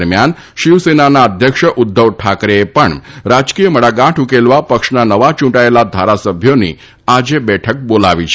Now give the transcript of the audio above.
દરમ્યાન શિવસેનાના અધ્યક્ષ ઉધ્ધવ ઠાકરેએ પણ રાજકીય મડાગાંઠ ઉકેલવા પક્ષના નવા ચુંટાયેલા ધારાસભ્યોની આજે બેઠક બોલાવી છે